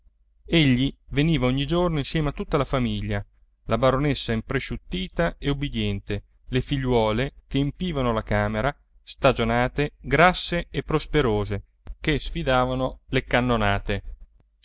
egli veniva ogni giorno insieme a tutta la famiglia la baronessa impresciuttita e ubbidiente le figliuole che empivano la camera stagionate grasse e prosperose che sfidavano le cannonate